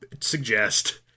suggest